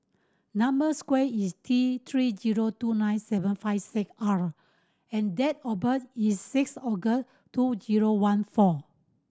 number square is T Three zero two nine seven five six R and date of birth is six August two zero one four